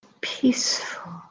Peaceful